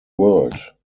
world